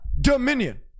dominion